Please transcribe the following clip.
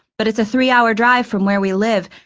but it's a three-hour drive from where we live,